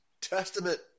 Testament